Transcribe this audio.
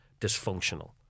dysfunctional